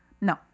No